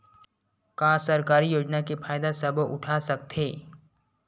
का सरकारी योजना के फ़ायदा सबो उठा सकथे?